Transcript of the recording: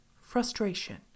frustration